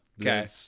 okay